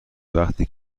وقتی